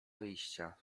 wyjścia